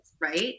right